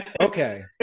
Okay